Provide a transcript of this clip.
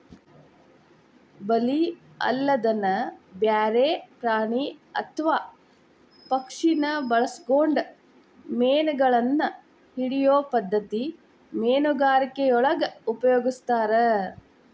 ಬಲಿ ಅಲ್ಲದನ ಬ್ಯಾರೆ ಪ್ರಾಣಿ ಅತ್ವಾ ಪಕ್ಷಿನ ಬಳಸ್ಕೊಂಡು ಮೇನಗಳನ್ನ ಹಿಡಿಯೋ ಪದ್ಧತಿ ಮೇನುಗಾರಿಕೆಯೊಳಗ ಉಪಯೊಗಸ್ತಾರ